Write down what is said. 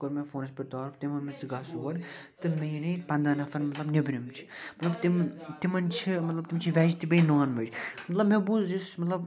کوٚر مےٚ فونَس پٮ۪ٹھ تعارُف تٔمۍ ووٚن مےٚ ژٕ گژھ اور تہٕ مےٚ یِنَے ییٚتہِ پنٛداہ نفر مطلب نٮ۪برِم چھِ مطلب تِم تِمَن چھِ مطلب تِم چھِ وٮ۪ج تہِ بیٚیہِ نان وٮ۪ج مطلب مےٚ بوٗز یُس مطلب